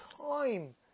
time